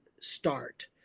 start